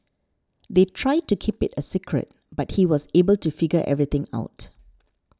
they tried to keep it a secret but he was able to figure everything out